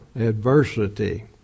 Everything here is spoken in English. adversity